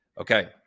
Okay